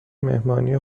مهمانی